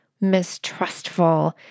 mistrustful